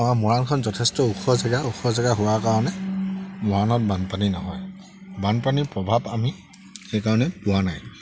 আমাৰ মৰাণখন যথেষ্ট ওখ জেগা ওখ জেগা হোৱাৰ কাৰণে মৰাণত বানপানী নহয় বানপানীৰ প্ৰভাৱ আমি সেইকাৰণে পোৱা নাই